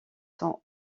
sont